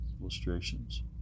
illustrations